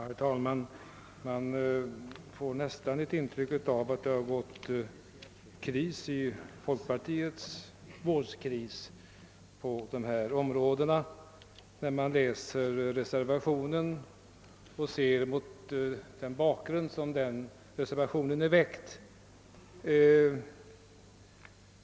Herr talman! Man får nästan ett intryck av att folkpartiets vårdkris har drabbats av en kris när man läser reservationen och vet mot vilken bakgrund den reservationen väckts.